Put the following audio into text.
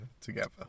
Together